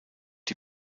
die